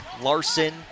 Larson